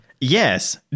Yes